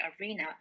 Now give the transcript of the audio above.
arena